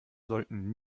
sollten